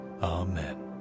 amen